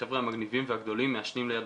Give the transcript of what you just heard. החבר'ה המגניבים והגדולים מעשנים ליד